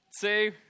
two